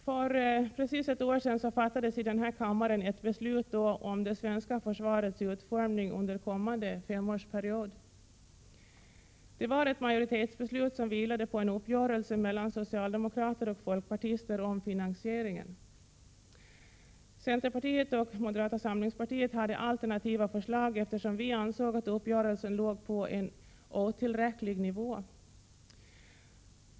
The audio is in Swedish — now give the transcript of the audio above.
För precis ett år sedan fattades i denna kammare ett beslut om det svenska försvarets utformning under kommande femårsperiod. Det var ett majoritetsbeslut, som vilade på en uppgörelse om finansieringen mellan socialdemokrater och folkpartister. Centerpartiet och moderata samlingspartiet hade alternativa förslag, eftersom vi ansåg att uppgörelsen låg på en otillräcklig nivå.